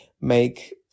make